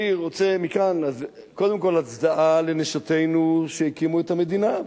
אני רוצה מכאן קודם כול הצדעה לנשותינו שהקימו את המדינה,